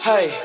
Hey